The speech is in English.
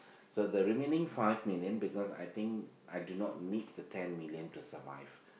so the remaining five million because I think I do not need the ten million to survive